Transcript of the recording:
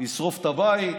לשרוף את הבית.